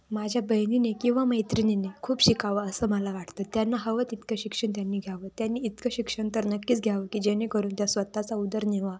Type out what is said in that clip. माझ्या बहिणीने किंवा मैत्रिणीने खूप शिकावं असं मला वाटतं त्यांना हवं तितकं शिक्षण त्यांनी घ्यावं त्यांनी इतकं शिक्षण तर नक्कीच घ्यावं की जेणेकरून त्या स्वत चा उदरनिर्वाह